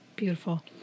Beautiful